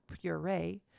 puree